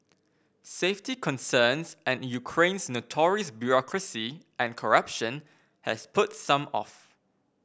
safety concerns and Ukraine's notorious bureaucracy and corruption has put some off